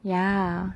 ya